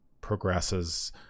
progresses